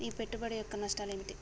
ఈ పెట్టుబడి యొక్క నష్టాలు ఏమిటి?